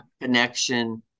connection